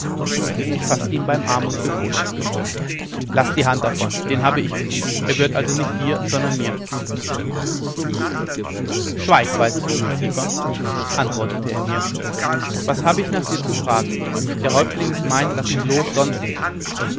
ich faßte ihn beim arme und gebot laß die hand davon den habe ich besiegt er gehört also nicht dir sondern mir schweig weißes ungeziefer antwortete er mir was habe ich nach dir zu fragen der häuptling ist mein laß mich los sonst